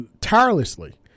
tirelessly